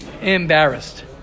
embarrassed